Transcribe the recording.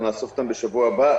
אנחנו נאסוף אותם בשבוע הבא.